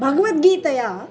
भगवद्गीतया